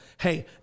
hey